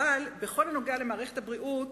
אבל בכל הנוגע למערכת הבריאות,